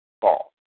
Ball